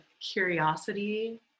curiosity